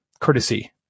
courtesy